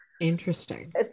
Interesting